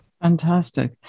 Fantastic